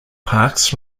parks